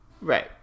Right